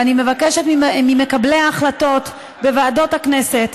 אני מבקשת ממקבלי ההחלטות בוועדות הכנסת,